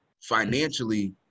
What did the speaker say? financially